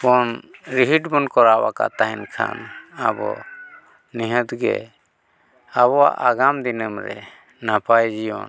ᱵᱚᱱ ᱨᱤᱦᱤᱴ ᱵᱚᱱ ᱠᱚᱨᱟᱣᱟᱠᱟᱫ ᱛᱟᱦᱮᱱ ᱠᱷᱟᱱ ᱟᱵᱚ ᱱᱤᱦᱟᱹᱛ ᱜᱮ ᱟᱵᱚᱣᱟᱜ ᱟᱜᱟᱢ ᱫᱤᱱᱟᱹᱢ ᱨᱮ ᱱᱟᱯᱟᱭ ᱡᱤᱭᱚᱱ